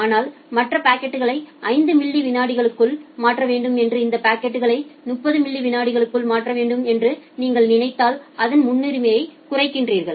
ஆனால் மற்ற பாக்கெட்களை 5 மில்லி விநாடிகளில் மாற்ற வேண்டும் என்றும் இந்த பாக்கெட்களை 30 மில்லி விநாடிக்கு மாற்ற வேண்டும் என்றும் நீங்கள் நினைத்தால் அதன் முன்னுரிமையை குறைக்கிறீர்கள்